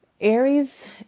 Aries